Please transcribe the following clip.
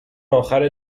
اخر